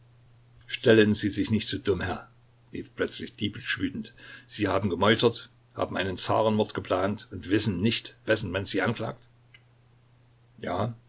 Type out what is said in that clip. stellen sie sich nicht so dumm herr rief plötzlich dibitsch wütend sie haben gemeutert haben einen zarenmord geplant und wissen nicht wessen man sie anklagt ja